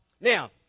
Now